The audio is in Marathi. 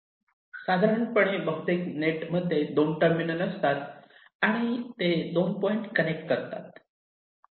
साधारण पणे बहुतेक नेट मध्ये 2 टर्मिनल असतात आणि ते 2 पॉईंट कनेक्ट करतात